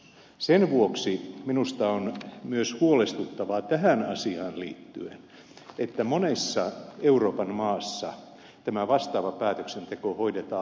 sen vuoksi minusta on myös huolestuttavaa tähän asiaan liittyen että monessa euroopan maassa tämä vastaava päätöksenteko hoidetaan hallinnollisena ratkaisuna